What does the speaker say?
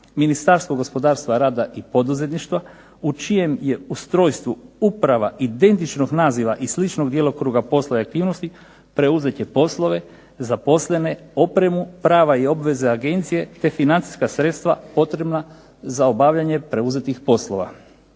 Ministarstvo gospodarstva, rada i poduzetništva, u čijem je ustrojstvu uprava identičnog naziva i sličnog djelokruga posla i aktivnosti, preuzet će poslove, zaposlene, opremu, prava i obveze agencije te financijska sredstva potrebna za obavljanje preuzetih poslova.